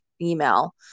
email